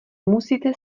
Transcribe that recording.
musíte